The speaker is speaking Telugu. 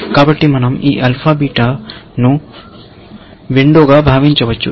కాబట్టి మనం ఈ ఆల్ఫా బీటా ను విండో గా భావించవచ్చు